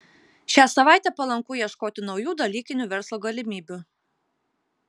šią savaitę palanku ieškoti naujų dalykinių verslo galimybių